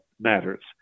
matters